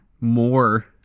more